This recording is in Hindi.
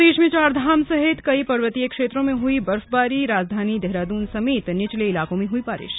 प्रदेश में चारधाम सहित कई पर्वतीय क्षेत्रों में हुई बर्फबारी राजधानी देहरादून समेत निचले इलाकों में बारिश